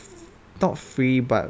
not free but